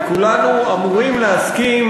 כולנו אמורים להסכים